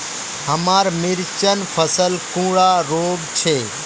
हमार मिर्चन फसल कुंडा रोग छै?